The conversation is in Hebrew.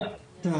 תראה,